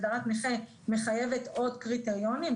הגדרת נכה מחייבת עוד קריטריונים,